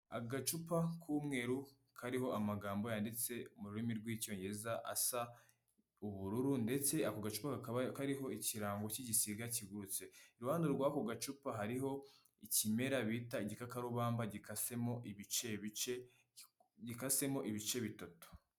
Agacupa k'umweru kariho amagambo yanditse mu rurimi rw'icyongereza asa ubururu, ndetse ako gacupa kakaba kariho ikirango cy'igisiga kigurutse. Iruhande rw'ako gacupa hariho ikimera bita igikakarubamba gikasemo ibice bice, gikasemo ibice bitatu.